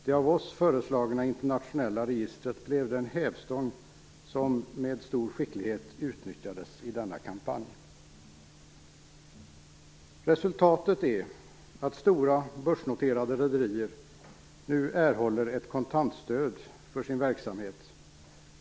Det av oss föreslagna internationella registret blev den hävstång som, med stor skicklighet, utnyttjades i denna kampanj. Resultatet är att stora, börsnoterade rederier nu erhåller ett kontantstöd för sin verksamhet.